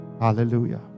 hallelujah